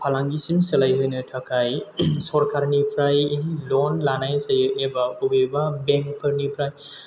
फालांगिसिम सोलायहोनो थाखाय सरकारनिफ्राय ल'न लानाय जायो एबा बबेबा बेंकफोरनिफ्राय